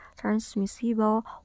transmissible